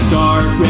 dark